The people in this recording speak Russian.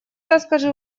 расскажу